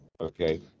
Okay